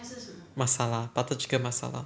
masala butter chicken masala